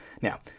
Now